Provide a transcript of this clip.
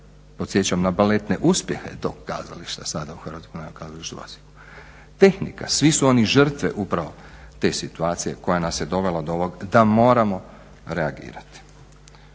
podsjećam na baletne uspjehe tog kazališta sada u HNK u Osijeku, tehnika, svi su oni žrtva upravo te situacije koja nas je dovela do ovog da moramo reagirati.